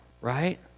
right